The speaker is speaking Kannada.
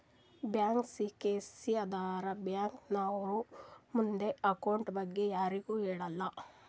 ಬ್ಯಾಂಕ್ ಸಿಕ್ರೆಸಿ ಅಂದುರ್ ಬ್ಯಾಂಕ್ ನವ್ರು ನಮ್ದು ಅಕೌಂಟ್ ಬಗ್ಗೆ ಯಾರಿಗು ಹೇಳಲ್ಲ